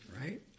right